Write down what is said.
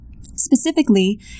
Specifically